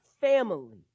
family